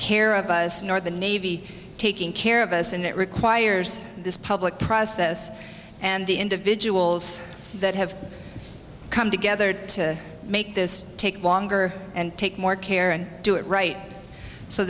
care of us nor the navy taking care of us and it requires this public process and the individuals that have come together to make this take longer and take more care and do it right so